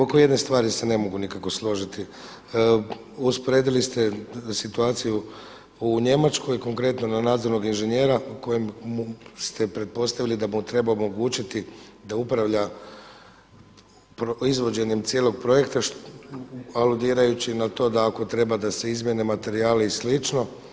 Oko jedne stvari se ne mogu nikako složiti, usporedili ste situaciju u Njemačkoj konkretno na nadzornog inženjera o kojem ste pretpostavili da mu treba omogućiti da upravlja izvođenjem cijelog projekta, aludirajući na to da ako treba da se izmjene materijali i slično.